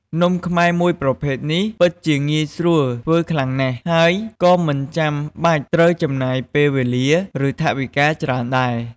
នំខ្មែរមួយប្រភេទនេះពិតជាងាយស្រួលធ្វើខ្លាំងណាស់ ហើយក៏មិនចាំបាច់ត្រូវចំណាយពេលវេលា ឬថវិកាច្រើនដែរ។